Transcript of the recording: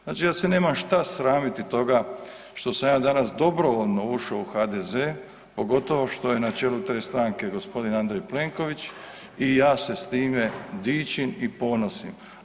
Znači da se nemam šta sramiti toga što sam ja danas dobrovoljno ušao u HDZ-e pogotovo što je na čelu te stranke gospodin Andrej Plenković i ja se s time dičim i ponosim.